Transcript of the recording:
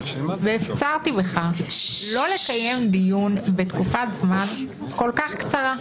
והפצרתי בך לא לקיים דיון בתקופת זמן כל כך קצרה.